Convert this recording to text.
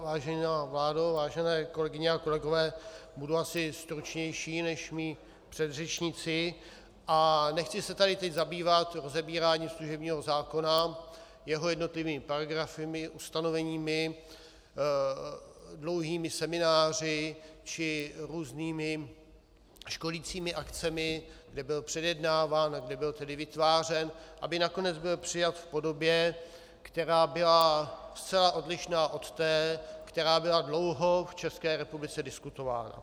Vážená vládo, vážené kolegyně a kolegové, budu asi stručnější než moji předřečníci a nechci se tady teď zabývat rozebíráním služebního zákona, jeho jednotlivými paragrafy, ustanoveními, dlouhými semináři či různými školicími akcemi, jak byl předjednáván a kdy byl vytvářen, aby nakonec byl přijat v podobě, která byla zcela odlišná od té, která byla dlouho v České republice diskutována.